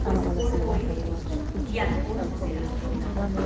pues polvo eres y al polvo serás tornado